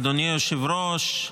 אדוני היושב-ראש,